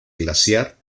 glaciar